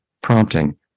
prompting